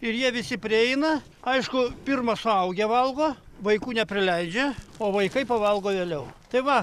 ir jie visi prieina aišku pirma suaugę valgo vaikų neprileidžia o vaikai pavalgo vėliau tai va